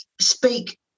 speak